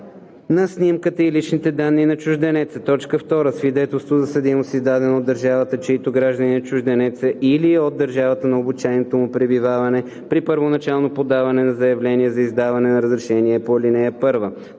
на снимката и личните данни на чужденеца; 2. свидетелство за съдимост, издадено от държавата, чийто гражданин е чужденецът, или от държавата на обичайното му пребиваване – при първоначално подаване на заявление за издаване на разрешение по ал. 1;